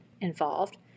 involved